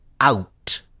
out